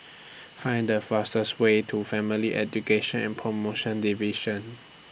Find The fastest Way to Family Education and promotion Division